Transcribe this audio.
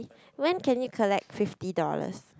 when can you collect fifty dollars